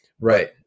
Right